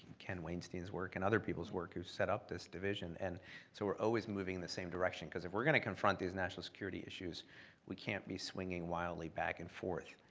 ken wainstein's work, and other people's work who set up this division, and so we're always moving in the same direction because if we're gonna confront these national security issues we can't be swinging wildly back and forth.